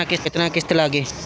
केतना किस्त लागी?